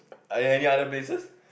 are there any other places